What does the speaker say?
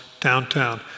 downtown